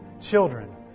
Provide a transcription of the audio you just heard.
children